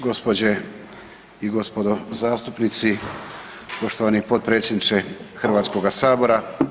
Gđe. i gospodo zastupnici, poštovani potpredsjedniče Hrvatskoga sabora.